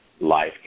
Life